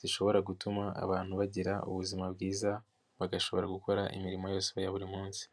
zishobora gutuma abantu bagira ubuzima bwiza, bagashobora gukora imirimo yose ya buri munsi.